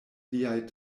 liaj